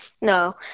No